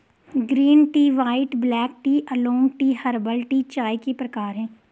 green tea white black tea oolong tea herbal tea चाय के प्रकार है